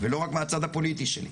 ולא רק מהצד הפוליטי שלי,